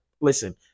listen